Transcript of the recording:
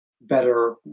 better